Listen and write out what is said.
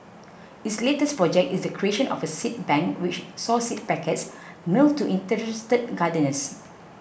its latest project is the creation of a seed bank which saw seed packets mailed to interested gardeners